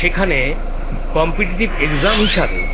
সেখানে competitive exam হিসাবে